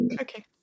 okay